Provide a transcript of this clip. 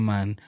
Man